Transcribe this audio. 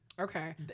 Okay